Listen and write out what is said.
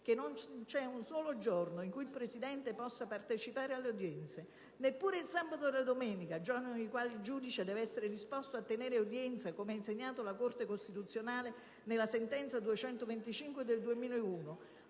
mesi non c'è un sol giorno in cui il Presidente possa partecipare alle udienze - neppure il sabato o la domenica, giorni nei quali il giudice deve essere disposto a tenere udienza, come ha insegnato la Corte costituzionale nella sentenza n. 225 del 2001,